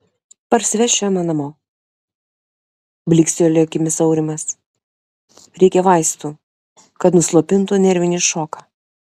parsivešiu emą namo blykstelėjo akimis aurimas reikia vaistų kad nuslopintų nervinį šoką